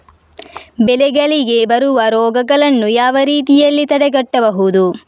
ಬೆಳೆಗಳಿಗೆ ಬರುವ ರೋಗಗಳನ್ನು ಯಾವ ರೀತಿಯಲ್ಲಿ ತಡೆಗಟ್ಟಬಹುದು?